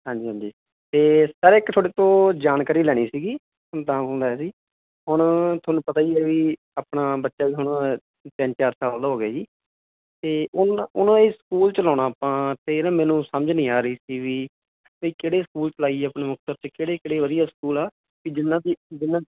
ਹਾਂਜੀ ਹਾਂਜੀ ਅਤੇ ਸਰ ਇੱਕ ਤੁਹਾਡੇ ਤੋਂ ਜਾਣਕਾਰੀ ਲੈਣੀ ਸੀਗੀ ਤੁਹਾਨੂੰ ਤਾਂ ਫੋਨ ਲਾਇਆ ਸੀ ਹੁਣ ਤੁਹਾਨੂੰ ਪਤਾ ਹੀ ਹ ਵੀ ਆਪਣਾ ਬੱਚਾ ਵੀ ਹੁਣ ਤਿੰਨ ਚਾਰ ਸਾਲ ਦਾ ਹੋ ਗਿਆ ਜੀ ਅਤੇ ਉਹਨੂੰ ਨਾ ਉਹਨੂੰ ਅਸੀਂ ਸਕੂਲ 'ਚ ਲਗਾਉਣਾ ਆਪਾਂ ਅਤੇ ਨਾ ਮੈਨੂੰ ਸਮਝ ਨਹੀਂ ਆ ਰਹੀ ਸੀ ਵੀ ਕਿਹੜੇ ਸਕੂਲ ਲਾਈਏ ਆਪਣੇ ਮੁਕਤਸਰ 'ਚ ਕਿਹੜੇ ਕਿਹੜੇ ਵਧੀਆ ਸਕੂਲ ਆ ਵੀ ਜਿਨ੍ਹਾਂ ਦੀ ਜਿਨ੍ਹਾਂ